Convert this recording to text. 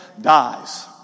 dies